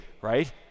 right